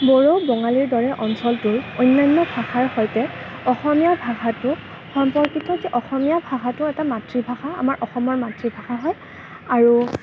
বড়ো বঙালীৰ দৰে অঞ্চলটোৰ অন্যান্য ভাষাৰ সৈতে অসমীয়া ভাষাটোৰ সম্পৰ্ক অসমীয়া ভাষাটো এটা মাতৃভাষা আমাৰ অসমৰ মাতৃভাষা হয় আৰু